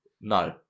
No